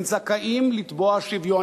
הם זכאים לתבוע שוויון.